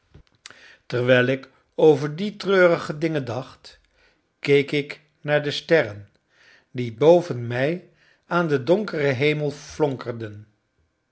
terwijl ik over die treurige dingen dacht keek ik naar de sterren die boven mij aan den donkeren hemel flonkerden